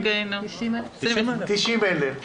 90,000,